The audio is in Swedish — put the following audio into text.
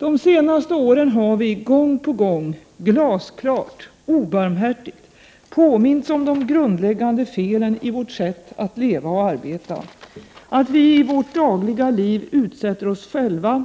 Under de senaste åren har vi gång på gång glasklart och obarmhärtigt påmints om de grundläggande felen i vårt sätt att leva och arbeta — att vi i vårt dagliga liv utsätter oss själva,